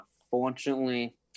unfortunately